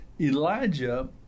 Elijah